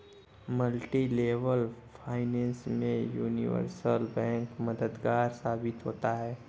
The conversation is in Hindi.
मल्टीलेवल फाइनेंस में यूनिवर्सल बैंक मददगार साबित होता है